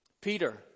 Peter